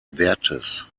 wertes